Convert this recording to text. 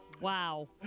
Wow